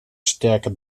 sterke